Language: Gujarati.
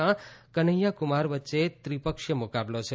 ના કન્હૈયા કુમાર વચ્ચે ત્રિપક્ષીય મુકાબલો છે